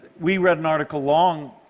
we read an article long,